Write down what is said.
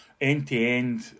end-to-end